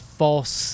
false